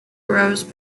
grows